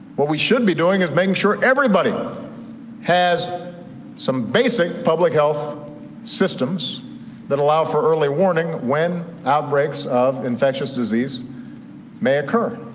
what we should be doing is making sure everybody has some basic public health systems that allow for early warning when outbreaks of infectious disease may occur.